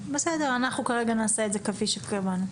בסדר, אנחנו כרגע נעשה את זה כפי שאמרנו.